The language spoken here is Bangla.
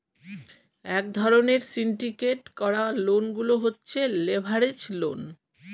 এক ধরণের সিন্ডিকেট করা লোন গুলো হচ্ছে লেভারেজ লোন